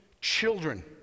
Children